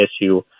issue